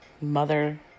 mother